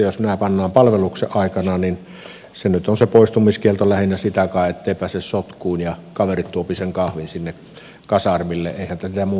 jos nämä pannaan täytäntöön palveluksen aikana niin se poistumiskielto nyt on lähinnä sitä kai ettei pääse sotkuun ja että kaverit tuovat sen kahvin sinne kasarmille